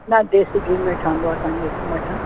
न देसी गिह में ठहंदो आहे असांजो इते मटन